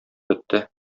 бетте